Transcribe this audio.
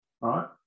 right